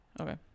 okay